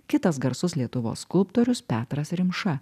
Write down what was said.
kitas garsus lietuvos skulptorius petras rimša